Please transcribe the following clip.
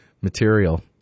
material